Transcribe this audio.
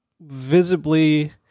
visibly